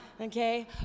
okay